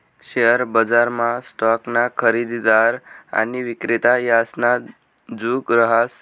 share बजारमा स्टॉकना खरेदीदार आणि विक्रेता यासना जुग रहास